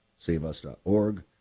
saveus.org